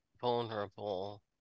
vulnerable